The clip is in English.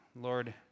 Lord